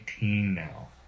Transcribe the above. now